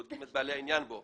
בודקים את בעלי העניין בו